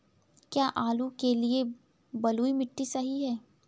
क्या आलू के लिए बलुई मिट्टी सही है?